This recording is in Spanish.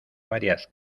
varias